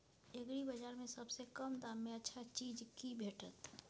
एग्रीबाजार में सबसे कम दाम में अच्छा चीज की भेटत?